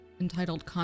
Entitled